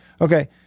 Okay